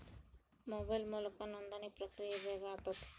mobile ಮೂಲಕ ನೋಂದಣಿ ಪ್ರಕ್ರಿಯೆ ಬೇಗ ಆತತೆ